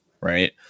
right